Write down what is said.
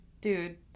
dude